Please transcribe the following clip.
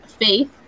faith